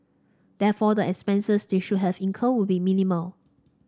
therefore the expenses they should have incurred would be minimal